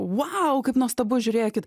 vau kaip nuostabu žiūrėkit